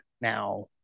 now